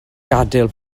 gadael